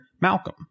Malcolm